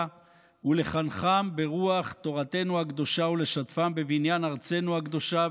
ולחנכם ברוח תורתנו הקדושה ולשתפם בבניין ארצנו הקדושה,